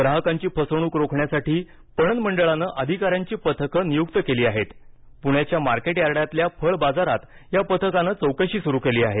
ग्राहकांची फसवणूक रोखण्यासाठी पणन मंडळानं अधिकाऱ्यांची पथकं नियुक्त केली असून पुण्याच्या मार्केट यार्डातील फळ बाजारात या पथकानं चौकशी सुरु केली आहे